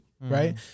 right